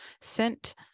sent